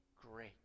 great